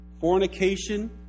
fornication